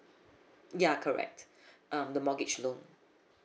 ya correct um the mortgage loan